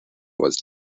was